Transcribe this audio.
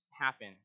happen